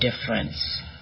difference